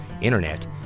Internet